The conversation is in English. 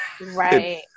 right